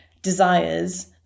desires